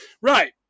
Right